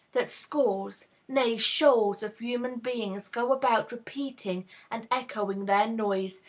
that scores, nay, shoals of human beings go about repeating and echoing their noise,